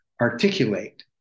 Articulate